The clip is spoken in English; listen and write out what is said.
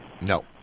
No